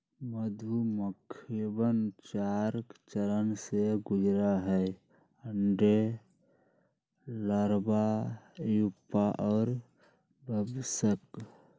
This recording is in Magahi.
मधुमक्खिवन चार चरण से गुजरा हई अंडे, लार्वा, प्यूपा और वयस्क